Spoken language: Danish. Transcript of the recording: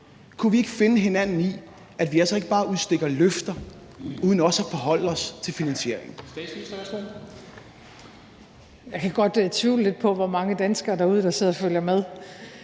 Kunne vi ikke finde hinanden i, at vi altså ikke bare udstikker løfter uden også at forholde os til finansieringen?